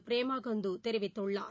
பிரேமாகந்துதெரிவித்துள்ளார்